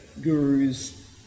gurus